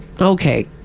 Okay